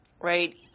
right